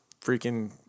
freaking